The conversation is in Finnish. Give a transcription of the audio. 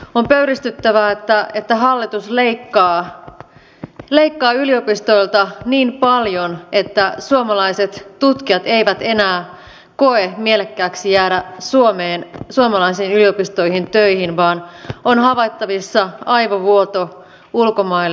on pöyristyttävää että hallitus leikkaa yliopistoilta niin paljon että suomalaiset tutkijat eivät enää koe mielekkääksi jäädä suomeen suomalaisiin yliopistoihin töihin vaan on havaittavissa aivovuoto ulkomaille